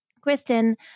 Kristen